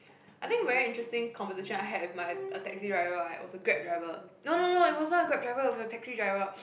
I think very interesting conversation I had with my uh taxi driver uh it was a Grab driver no no no it wasn't a Grab driver it was a taxi driver